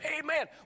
Amen